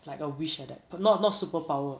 like a wish like that but not not superpower